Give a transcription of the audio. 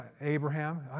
Abraham